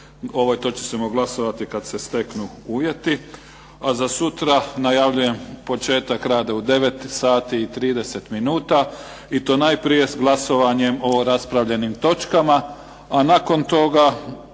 ovoj točki ćemo glasovati kada se steknu uvjeti. A za sutra najavljujem početak rada u 9 sati i 30 minuta i to najprije glasovanjem o raspravljenim točkama, a nakon toga